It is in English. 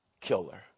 killer